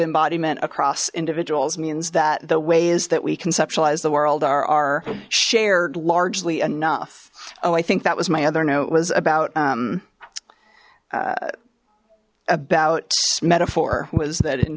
embodiment across individuals means that the ways that we conceptualize the world are our shared largely enough oh i think that was my other note was about about metaphor was that in